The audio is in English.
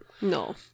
no